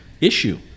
issue